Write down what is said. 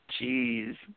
Jeez